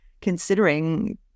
considering